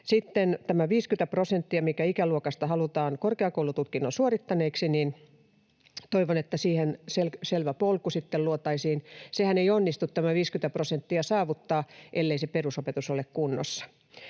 50 prosenttiin, mikä ikäluokasta halutaan korkeakoulututkinnon suorittaneeksi, toivon, että siihen luotaisiin selvä polku. Tätä 50:tä prosenttiahan ei onnistu saavuttaa, ellei se perusopetus ole kunnossa.